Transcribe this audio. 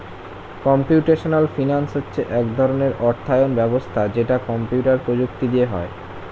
computational finance হচ্ছে এক ধরণের অর্থায়ন ব্যবস্থা যেটা কম্পিউটার প্রযুক্তি দিয়ে হয়